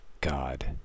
god